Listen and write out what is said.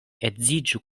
edziĝu